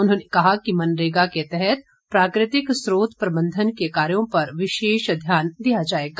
उन्होंने कहा कि मनरेगा के तहत प्राकृतिक स्रोत प्रबंधन के कार्यो पर विशेष ध्यान दिया जाएगा